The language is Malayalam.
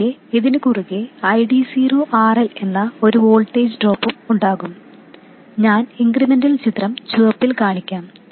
കൂടാതെ ഇതിനു കുറുകെ ID0 RL എന്ന ഒരു വോൾട്ടേജ് ഡ്രോപ്പും ഉണ്ടാകും ഞാൻ ഇൻക്രിമെൻറ് ചിത്രം ചുവപ്പിൽ കാണിക്കാം